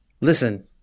Listen